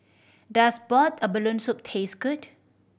does boiled abalone soup taste good